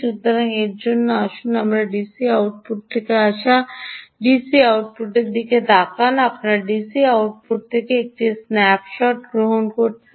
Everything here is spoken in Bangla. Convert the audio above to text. সুতরাং এর জন্য আসুন আমরা ডিসি আউটপুট থেকে আসা ডিসি আউটপু ট তাকান আমি ডিসি আউটপুট একটি স্ন্যাপশট গ্রহণ করেছি